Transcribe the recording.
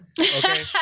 Okay